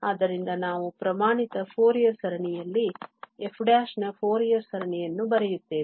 ಆದ್ದರಿಂದ ನಾವು ಪ್ರಮಾಣಿತ ಫೋರಿಯರ್ ಸರಣಿಯಲ್ಲಿ f ನ ಫೋರಿಯರ್ ಸರಣಿಯನ್ನು ಬರೆಯುತ್ತೇವೆ